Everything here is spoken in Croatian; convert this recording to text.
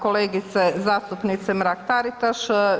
Kolegice zastupnice Mrak Taritaš.